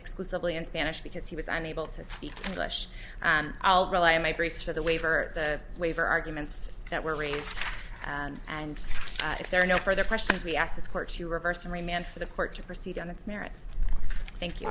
exclusively in spanish because he was unable to speak english i'll rely on my proofs for the waiver the waiver arguments that were raised and if there are no further questions we ask this court to reverse and remain for the court to proceed on its merits thank you